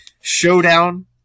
showdown